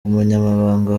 umunyamabanga